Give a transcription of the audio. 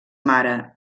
mare